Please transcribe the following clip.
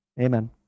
Amen